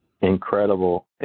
Incredible